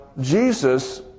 Jesus